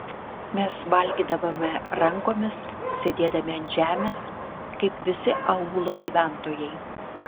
mes valgydavome rankomis sėdėdami ant žemės kaip visi aūlo gyventojai